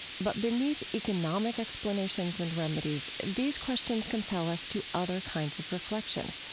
but beneath economic explanations and remedies, these questions compel us to other kinds of reflection,